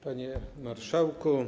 Panie Marszałku!